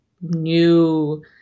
new